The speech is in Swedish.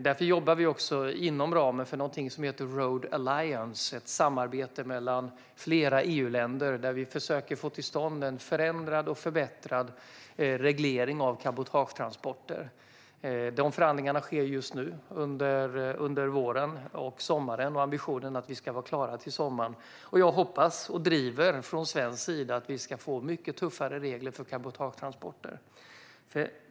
Därför jobbar vi också inom ramen för någonting som heter Road Alliance, som är ett samarbete mellan flera EU-länder där vi försöker få till stånd en förändrad och förbättrad reglering av cabotagetransporter. De förhandlingarna sker just nu under våren och sommaren. Ambitionen är att vi ska vara klara till sommaren, och jag hoppas och driver från svensk sida att vi ska få mycket tuffare regler för cabotagetransporter.